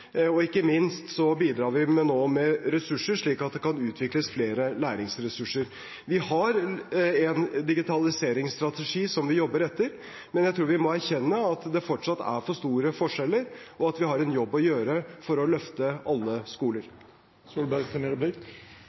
nå med ressurser til å utvikle flere læringsressurser. Vi har en digitaliseringsstrategi som vi jobber etter, men jeg tror vi må erkjenne at det fortsatt er for store forskjeller, og at vi har en jobb å gjøre for å løfte alle skoler. Jeg kjenner til